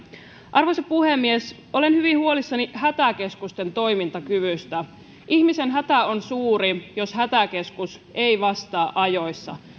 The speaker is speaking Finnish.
arvoisa puhemies olen hyvin huolissani hätäkeskusten toimintakyvystä ihmisen hätä on suuri jos hätäkeskus ei vastaa ajoissa